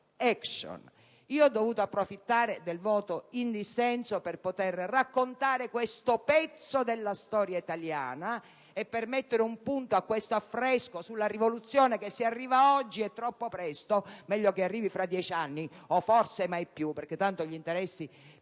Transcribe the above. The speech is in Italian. action*. Ho dovuto approfittare del voto in dissenso per poter raccontare questo pezzo della storia italiana e per mettere un punto a questo affresco sulla rivoluzione che, a vostro avviso, se arriva oggi è troppo presto. Meglio che arrivi tra 10 anni, o forse mai più, tanto gli interessi